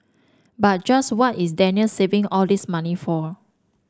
but just what is Daniel saving all this money for